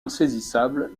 insaisissable